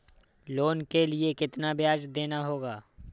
Loan के लिए कितना ब्याज देना होगा?